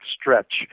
stretch